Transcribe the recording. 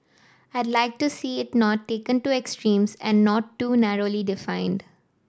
I'd like to see it not taken to extremes and not too narrowly defined